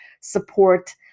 support